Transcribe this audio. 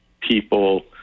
people